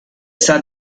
sat